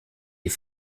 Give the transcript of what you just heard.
die